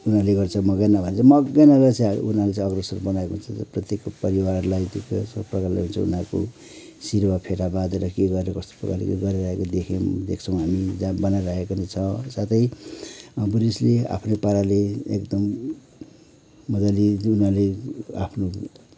उनीहरूले गर्छ मङ्गेना भन्छ मङ्गेनालाई चाहिँ अब उनीहरूले चाहिँ यसरी बनाएको हुन्छ प्रत्येकको परिवारलाई त्यो कस्तो प्रकारले हुन्छ उनीहरूको शिरमा फेटा बाँधेर के गरेर कस्तो प्रकारले गरेर देखेँ देख्छौँ हामीले बनाइराखेको नै छ साथै बुद्धिस्टले आफ्नो पाराले एकदम मजाले उनीहरूले आफ्नो